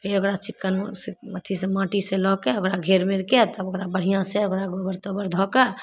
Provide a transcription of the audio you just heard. फेर ओकरा चिकन मट्टी सऽ माटि लऽ के ओकरा घेर बेढ़के आ तब ओकरा बढ़िआँ से ओकरा गोबर तोबर धऽ कऽ